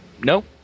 No